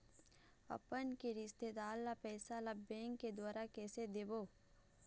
अपन के रिश्तेदार ला पैसा ला बैंक के द्वारा कैसे देबो?